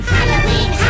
Halloween